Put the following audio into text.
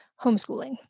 homeschooling